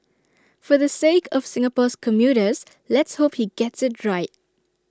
for the sake of Singapore's commuters let's hope he gets IT right